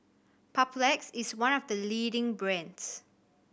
papulex is one of the leading brands